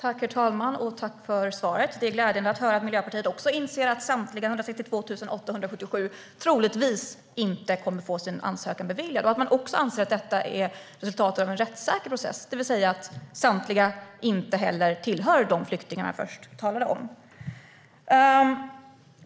Herr talman! Tack för svaret! Det är glädjande att höra att Miljöpartiet också inser att samtliga 162 877 troligtvis inte kommer att få sin ansökan beviljad och att man anser att detta är resultatet av en rättssäker process. Det betyder alltså att samtliga inte hör till de flyktingar man först talade om.